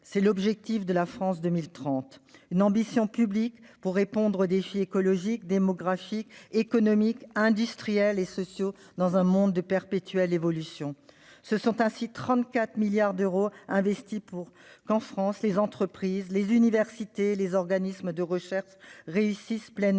C'est l'objectif de France 2030 : une ambition publique pour répondre aux défis écologique, démographique, économique, industriel et social d'un monde en perpétuelle évolution. Ce sont ainsi 34 milliards d'euros qui ont été investis pour qu'en France les entreprises, les universités et les organismes de recherche réussissent pleinement